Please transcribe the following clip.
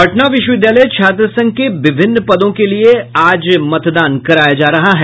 पटना विश्वविद्यालय छात्र संघ के विभिन्न पदों के लिये आज मतदान कराया जा रहा है